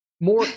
More